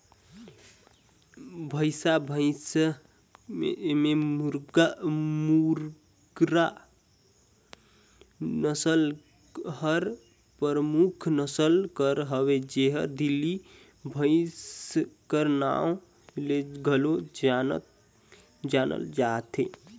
भंइसा भंइस में मुर्रा नसल हर परमुख नसल कर हवे जेहर दिल्ली भंइस कर नांव ले घलो जानल जाथे